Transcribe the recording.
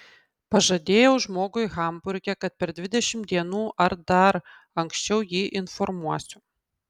pažadėjau žmogui hamburge kad per dvidešimt dienų ar dar anksčiau jį informuosiu